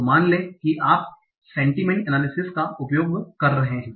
तो मान लें कि आप सेंटिमेंट अनालिसिस का उपयोग कर रहे है